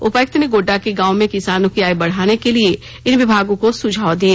उपायुक्त ने गोड्डा के गांवों में किसानों की आय बढ़ाने के लिए इन विभागों को सुझाव दिए